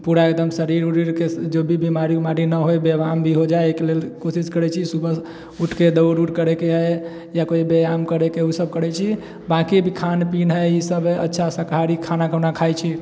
पूरा एकदम शरीर उरिरके जो भी बीमारी उमारी नहि होइ व्यायाम भी हो जाइ एहिके लेल कोशिश करै छी सुबह उठिकऽ दौड़ उड़ करैके हइ या कोइ व्यायाम करैके ओसब करै छी बाकी खान पीन हइ ई सब हइ अच्छा शाकाहारी खाना खुना खाइ छी